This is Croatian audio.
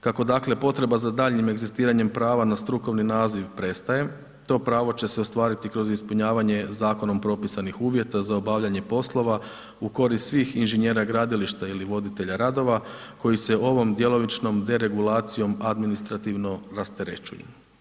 Kako dakle potreba za daljnjim egzistiranjem prava na strukovni naziv prestaje, to pravo će se ostvariti kroz ispunjavanje zakonom propisanih uvjeta z obavljanje poslova u korist svih inženjera gradilišta ili voditelja radova koji se ovom djelomičnom deregulacijom administrativno rasterećuju.